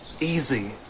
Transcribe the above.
Easy